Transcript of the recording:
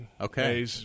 Okay